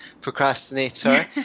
procrastinator